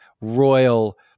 royal